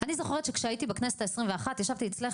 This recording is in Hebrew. אני זוכרת שכשהייתי בכנסת ה-21 ישבתי אצלך